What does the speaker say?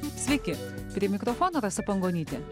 sveiki prie mikrofono rasa pangonytė